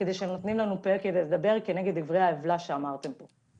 שנותנים לנו פה ולדבר נגד דברי העוולה שאמרתם פה.